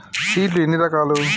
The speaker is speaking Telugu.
సీడ్ లు ఎన్ని రకాలు?